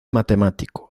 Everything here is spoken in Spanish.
matemático